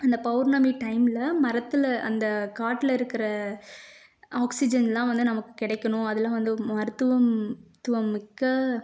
அந்த பௌர்ணமி டைம்ல மரத்தில் அந்த காட்டுல இருக்கிற ஆக்சிஜன்னெலாம் வந்து நமக்கு கிடைக்கணும் அதெலாம் வந்து மருத்துவம் துவம்மிக்க